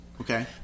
Okay